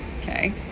okay